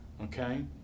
okay